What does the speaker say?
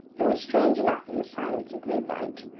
it was strange enough, in the silence of midnight,